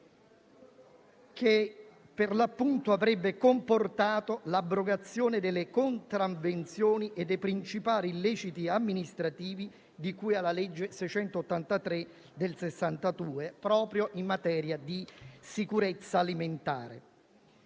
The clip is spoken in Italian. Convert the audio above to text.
che per l'appunto avrebbe comportato l'abrogazione delle contravvenzioni e dei principali illeciti amministrativi, di cui alla legge n. 283 del 1962, proprio in materia di sicurezza alimentare.